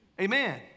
Amen